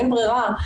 אין ברירה,